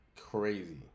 crazy